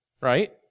right